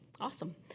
Awesome